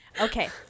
okay